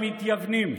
המתייוונים.